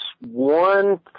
one